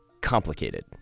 complicated